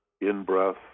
in-breath